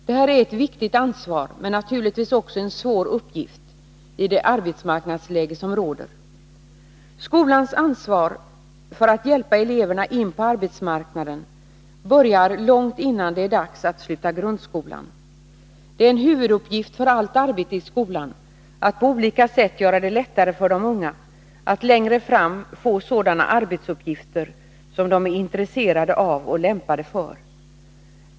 Det här är ett viktigt ansvar men naturligtvis också en svår uppgift i det arbetsmarknadsläge som råder. Skolans ansvar för att hjälpa eleverna in på arbetsmarknaden börjar långt innan det är dags att sluta grundskolan. Det är en huvuduppgift för allt arbete i skolan att på olika sätt göra det lättare för de unga att längre fram få sådana arbetsuppgifter som de är intresserade av och lämpade för.